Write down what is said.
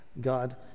God